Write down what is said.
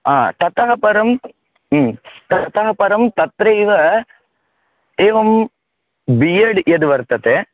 हा ततः परं ह्म् ततः परं तत्रैव एवं बि येड् यद् वर्तते